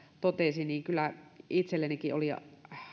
totesi kyllä itsellenikin oli